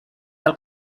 del